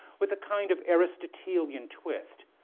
with a kind of aristotelian twist.